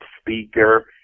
speaker